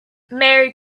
merry